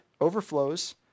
overflows